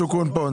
נועה שוקרון פה.